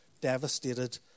devastated